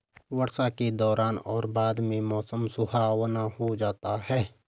वर्षा के दौरान और बाद में मौसम सुहावना हो जाता है